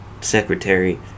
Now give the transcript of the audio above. secretary